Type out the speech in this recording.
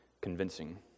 convincing